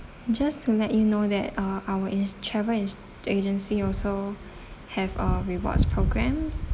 just to let you know that uh our in~ travel in~ agency also have uh rewards program